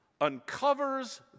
uncovers